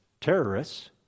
terrorists